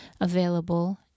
available